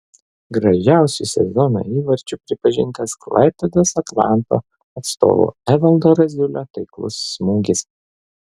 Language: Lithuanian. gražiausiu sezono įvarčiu pripažintas klaipėdos atlanto atstovo evaldo raziulio taiklus smūgis